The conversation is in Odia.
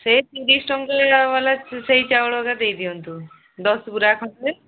ସେଇ ତିରିଶ ଟଙ୍କା ବାଲା ସେଇ ଚାଉଳ ଏକା ଦେଇ ଦିଅନ୍ତୁ ଦଶ ବୁରା ଖଣ୍ଡେ